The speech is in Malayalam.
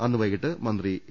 അന്ന് വൈകീട്ട് മന്ത്രി എ